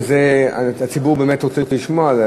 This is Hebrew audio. הציבור באמת רוצה לשמוע.